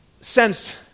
sensed